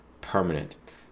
permanent